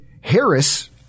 Harris